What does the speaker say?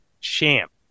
Champ